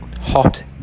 hot